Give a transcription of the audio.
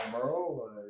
bro